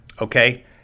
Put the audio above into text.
okay